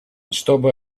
чтобы